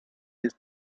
jest